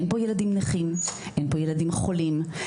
אין פה ילדים נכים, אין פה ילדים חולים,